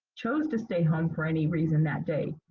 chose to stay home for any reason that day.